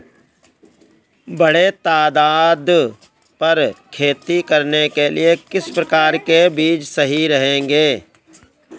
बड़े तादाद पर खेती करने के लिए किस प्रकार के बीज सही रहेंगे?